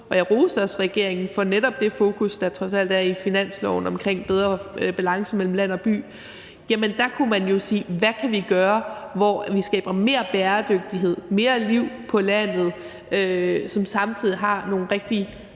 – jeg roste også regeringen for netop det fokus, der trods alt er i finansloven omkring bedre balance mellem land og by – kunne man jo sige: Hvad kan vi gøre, så vi skaber mere bæredygtighed, mere liv på landet, hvilket samtidig har nogle rigtig